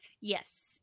Yes